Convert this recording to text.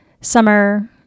summer